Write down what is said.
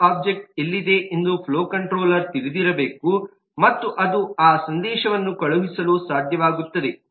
valve object ಎಲ್ಲಿದೆ ಎಂದು flow controller ತಿಳಿದಿರಬೇಕು ಮತ್ತು ಅದು ಆ ಸಂದೇಶವನ್ನು ಕಳುಹಿಸಲು ಸಾಧ್ಯವಾಗುತ್ತದೆ